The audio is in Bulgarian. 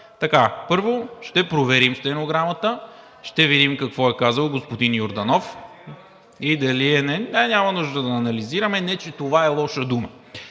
Първо ще проверим стенограмата, ще видим какво е казал господин Йорданов, няма нужда да анализираме, не че това е лоша дума.